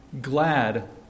glad